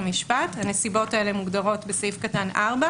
עמדת הממשלה היא שנכון וטוב שתהיה מעורבות של הגורם הטיפולי בדיון כזה,